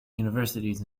universities